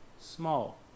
small